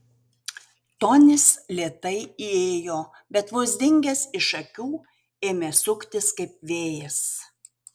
tonis lėtai įėjo bet vos dingęs iš akių ėmė suktis kaip vėjas